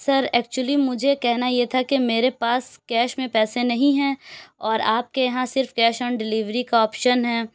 سر actually مجھے کہنا یہ تھا کہ میرے پاس کیش میں پیسے نہیں ہیں اور آپ کے یہاں صرف کیش آن ڈیلیوری کا آپشن ہے